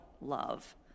love